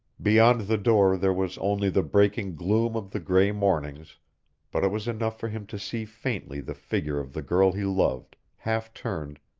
beyond the door there was only the breaking gloom of the gray mornings but it was enough for him to see faintly the figure of the girl he loved, half turned,